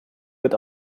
wird